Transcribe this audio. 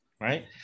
right